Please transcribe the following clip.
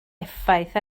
effaith